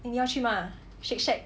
eh 你要去吗 shake shack